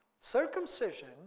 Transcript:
Circumcision